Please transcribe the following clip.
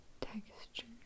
texture